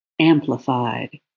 amplified